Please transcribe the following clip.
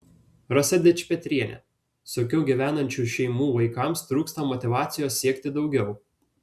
rasa dičpetrienė sunkiau gyvenančių šeimų vaikams trūksta motyvacijos siekti daugiau